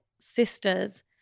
sisters